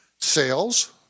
Sales